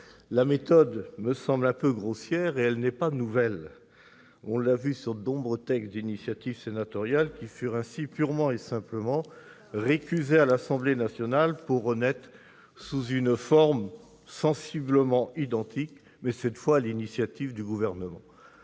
La méthode, un peu grossière, n'est pas nouvelle : elle a été utilisée pour de nombreux textes d'initiative sénatoriale, qui furent ainsi purement et simplement récusés à l'Assemblée nationale pour renaître sous une forme sensiblement identique, mais, cette fois, sur l'initiative du Gouvernement.